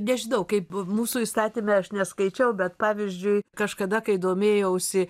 nežinau kaip mūsų įstatyme aš neskaičiau bet pavyzdžiui kažkada kai domėjausi